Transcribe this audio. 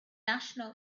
national